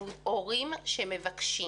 הורים שמבקשים